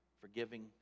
forgiving